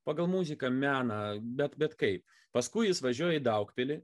pagal muziką meną bet bet kaip paskui jis važiuoja į daugpilį